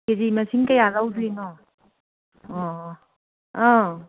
ꯀꯦ G ꯃꯁꯤꯡ ꯀꯌꯥ ꯂꯧꯗꯣꯏꯅꯣ ꯑꯣ ꯑꯥ